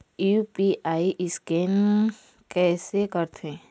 UPI scan कइसे करथे?